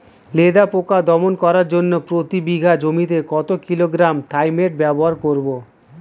লেদা পোকা দমন করার জন্য প্রতি বিঘা জমিতে কত কিলোগ্রাম থাইমেট ব্যবহার করব?